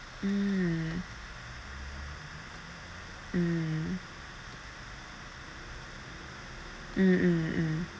mm mm mm mm mm